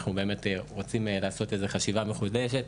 אנחנו רוצים לעשות חשיבה מחודשת,